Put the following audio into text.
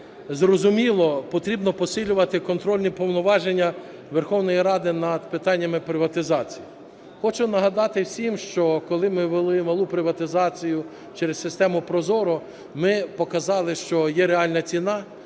зрозуміло, потрібно посилювати контрольні повноваження Верховної Ради над питаннями приватизації. Хочу нагадати всім, що коли ми ввели малу приватизацію через систему ProZorro, ми показали, що є реальна ціна,